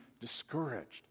discouraged